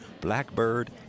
Blackbird